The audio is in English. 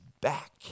back